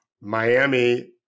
Miami